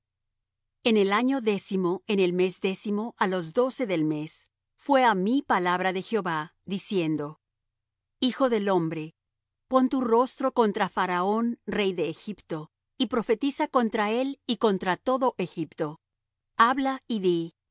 en el año décimo en el mes décimo á los doce del mes fué á mí palabra de jehová diciendo hijo del hombre pon tu rostro contra faraón rey de egipto y profetiza contra él y contra todo egipto habla y di